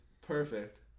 Perfect